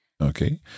Okay